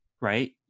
right